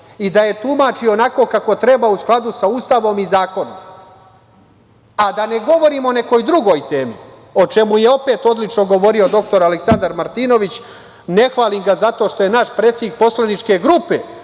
i da je tumači onako kako treba, u skladu sa Ustavom i zakonom, a da ne govorim o nekoj drugoj temi, o čemu je opet odlično govorio dr Aleksandar Martinović. Ne hvalim ga zato što je naš predsednik poslaničke grupe,